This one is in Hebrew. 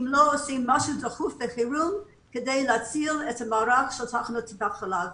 אם לא יעשו משהו באופן דחוף בחירום להצלת מערך טיפות החלב.